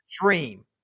dream